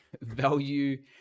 value